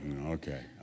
Okay